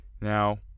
Now